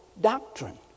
doctrine